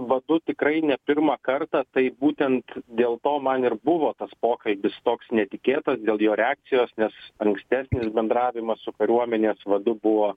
vadu tikrai ne pirmą kartą tai būtent dėl to man ir buvo tas pokalbis toks netikėtas dėl jo reakcijos nes ankstesnis bendravimas su kariuomenės vadu buvo